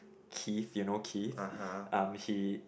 keith do you know keith um he